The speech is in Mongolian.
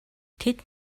тэд